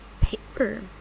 paper